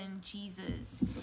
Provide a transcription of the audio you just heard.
Jesus